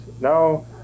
now